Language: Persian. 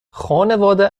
خانواده